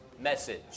message